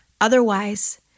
otherwise